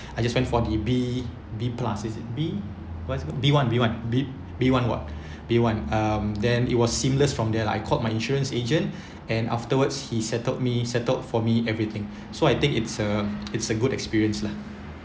I just went for the B B plus is it B what it's called B one B one B B one ward B one um then it was seamless from there I called my insurance agent and afterwards he settled me settled for me everything so I think it's a it's a good experience lah